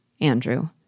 Andrew